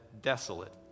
desolate